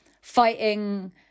fighting